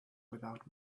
without